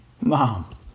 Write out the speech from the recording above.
Mom